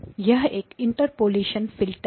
यह एक interpolation filter है